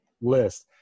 List